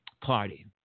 Party